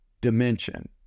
dimension